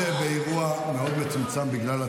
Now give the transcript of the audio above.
יוראי, אני רוצה להגיד משהו אישי, בסדר?